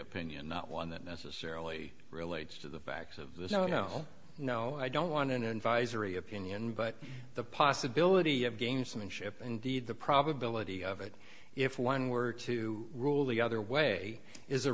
opinion not one that necessarily relates to the facts of this no no no i don't want an invite or a opinion but the possibility of gamesmanship indeed the probability of it if one were to rule the other way is a